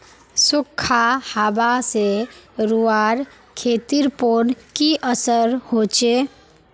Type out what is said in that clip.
सुखखा हाबा से रूआँर खेतीर पोर की असर होचए?